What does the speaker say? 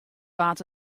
waard